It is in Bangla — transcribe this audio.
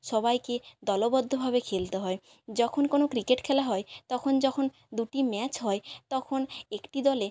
সবাইকে দলবদ্ধভাবে খেলতে হয় যখন কোনো ক্রিকেট খেলা হয় তখন যখন দুটি ম্যাচ হয় তখন একটি দলে